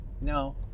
no